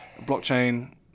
blockchain